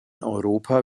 europa